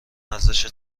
ارزش